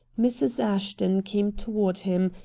mrs. ashton came toward him,